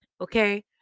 Okay